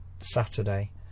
saturday